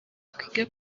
twige